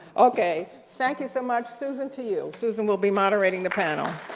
okay, thank you so much susan, to you. susan will be moderating the panel.